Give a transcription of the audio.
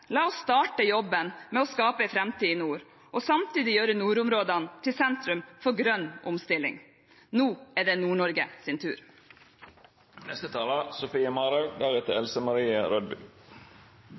La oss starte jobben med å skape en framtid i nord og samtidig gjøre nordområdene til sentrum for grønn omstilling. Nå er det Nord-Norges tur.